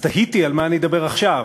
תהיתי על מה אני אדבר עכשיו.